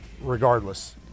regardless